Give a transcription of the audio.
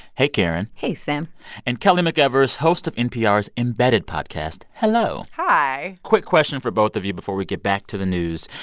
hey, karen hey, sam and kelly mcevers, host of npr's embedded podcast. hello hi quick question for both of you before we get back to the news.